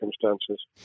circumstances